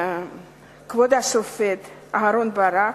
כבוד השופט אהרן ברק,